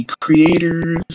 creators